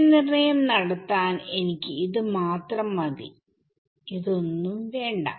മൂല്യ നിർണ്ണയം നടത്താൻ എനിക്ക് മാത്രം മതി ഒന്നും വേണ്ട